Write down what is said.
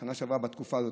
ובשנה שעברה בתקופה הזאת,